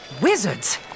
Wizards